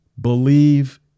believe